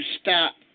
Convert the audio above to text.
stop